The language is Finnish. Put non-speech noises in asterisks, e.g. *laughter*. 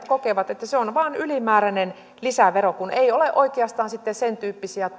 *unintelligible* kokevat että se on vain ylimääräinen lisävero kun ei ole oikeastaan sen tyyppisiä *unintelligible*